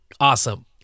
Awesome